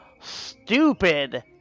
stupid